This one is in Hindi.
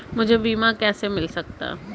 मुझे बीमा कैसे मिल सकता है?